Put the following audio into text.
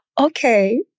Okay